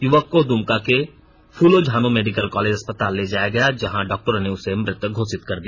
युवक को दुमका के फूलों झानो मेडिकल कॉलेज अस्पताल ले जाया गया था जहां डॉक्टरों ने उसे मृत घोषित कर दिया